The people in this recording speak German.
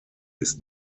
ist